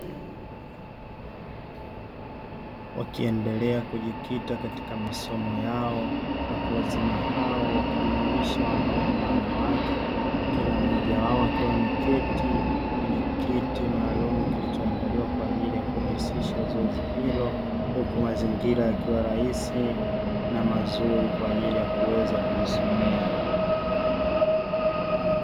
Wakiendelea kujikita katika masomo yao, watu wazima hao wakijumuisha wanaume na wanawake kila mmoja wao akiwa ameketi kwenye kiti maalumu kilichoandaliwa kwa ajili ya kurahisisha zoezi hilo huku mazingira yakiwa rahisi na mazuri kwa ajili ya kuweza kujisomea.